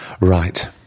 Right